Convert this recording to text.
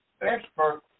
expert